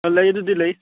ꯂꯩ ꯑꯗꯨꯗꯤ ꯂꯩ